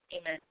Amen